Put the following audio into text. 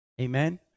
Amen